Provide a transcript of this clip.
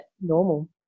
normal